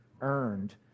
earned